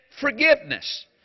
forgiveness